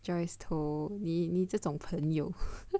Joyce Toh 你这种朋友啊